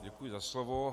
Děkuji za slovo.